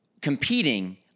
competing